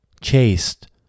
chaste